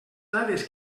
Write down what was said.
dades